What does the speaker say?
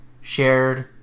shared